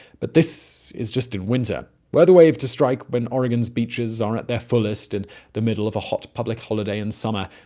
but this is just in winter. were the wave to strike but when oregon's beaches are at their fullest, in the middle of a hot public holiday in summer,